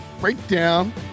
breakdown